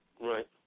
Right